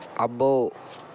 అబ్బో